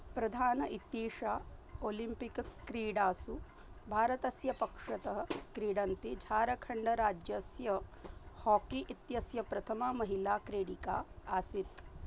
प्रधानम् इत्येषा ओलिम्पिक् क्रीडासु भारतस्य पक्षतः क्रीडन्ति झारखण्डराज्यस्य हाकी इत्यस्य प्रथमा महिला क्रीडिका आसीत्